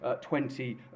twenty